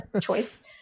choice